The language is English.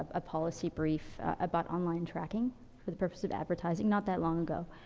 ah, policy brief, ah, about online tracking for the purpose of advertising not that long ago.